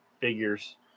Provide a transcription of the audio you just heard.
figures